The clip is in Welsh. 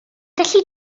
gallu